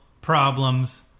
problems